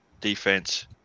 defense